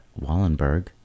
Wallenberg